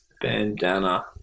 Bandana